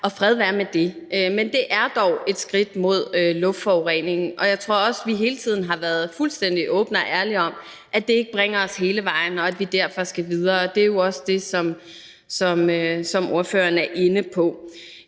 og fred være med det. Men det er dog et skridt mod luftforureningen. Jeg tror også, at vi hele tiden har været fuldstændig åbne og ærlige om, at det ikke bringer os hele vejen, og at vi derfor skal videre. Det er jo også det, som ordføreren er inde på.